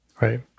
Right